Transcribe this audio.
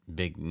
big